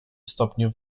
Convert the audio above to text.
stopniu